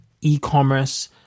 e-commerce